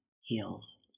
heals